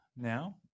now